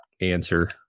answer